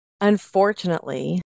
Unfortunately